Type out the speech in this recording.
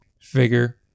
Figure